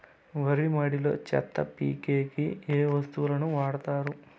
వరి మడిలో చెత్త పీకేకి ఏ వస్తువులు వాడుతారు?